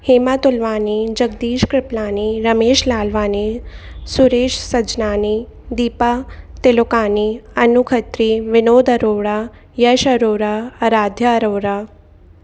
Hema Tulwani Jagdish Kriplani Ramesh Lalwani Suresh Sajnani Deepa Tilokani Anu Khatri Vinod Arora Yash Arora Aradhya Arora